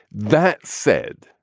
that said.